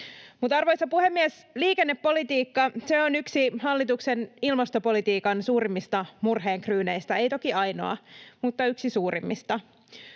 Arvoisa puhemies! Liikennepolitiikka on yksi hallituksen ilmastopolitiikan suurimmista murheenkryyneistä, ei toki ainoa, mutta yksi suurimmista.